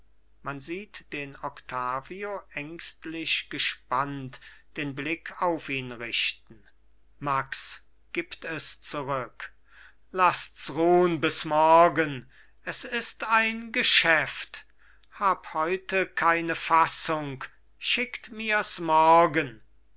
man sieht den octavio ängstlich gespannt den blick auf ihn richten max gibt es zurück laßts ruhn bis morgen es ist ein geschäft hab heute keine fassung schickt mirs morgen